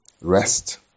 rest